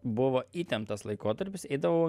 buvo įtemptas laikotarpis eidavau